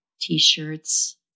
T-shirts